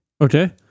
Okay